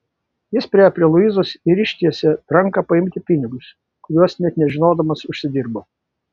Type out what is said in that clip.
jis priėjo prie luizos ir ištiesė ranką paimti pinigus kuriuos net nežinodamas užsidirbo